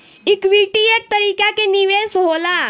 equity एक तरीका के निवेश होला